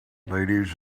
ladies